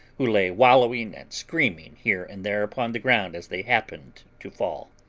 who lay wallowing and screaming here and there upon the ground as they happened to fall.